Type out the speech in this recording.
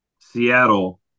Seattle